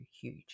huge